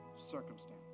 circumstance